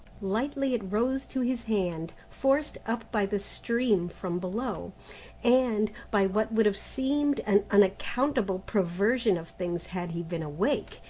lightly it rose to his hand, forced up by the stream from below and, by what would have seemed an unaccountable perversion of things had he been awake,